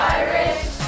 irish